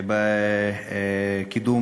בבקשה.